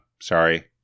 sorry